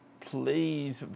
please